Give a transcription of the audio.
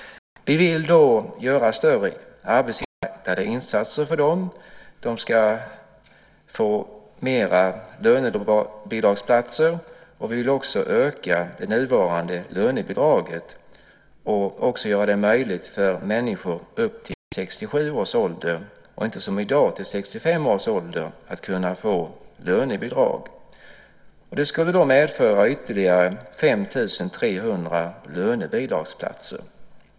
Vi vill göra större arbetsinriktade insatser för dem. De ska få fler lönebidragsplatser. Vi vill också öka det nuvarande lönebidraget och också göra det möjligt för människor upp till 67 års ålder, och inte som i dag till 65 års ålder, att få lönebidrag. Det skulle medföra ytterligare 5 300 lönebidragsplatser.